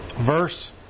Verse